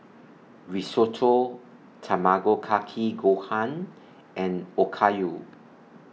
Risotto Tamago Kake Gohan and Okayu